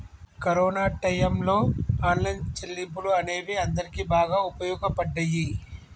corona టైయ్యంలో online చెల్లింపులు అనేవి అందరికీ బాగా వుపయోగపడ్డయ్యి